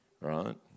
right